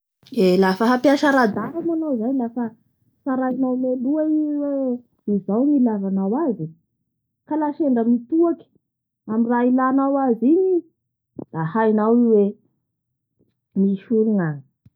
Eeee! Lafa hampiasa radara moa anaoa zay, lafa tsarainao mihaloha i hoe izao ny ilaovanao azy ka lla sendra mitoaky amin'ny raha ilainao azy igny i, da haianao hoe misy hoe misy olo gnagny.